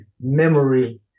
memory